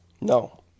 No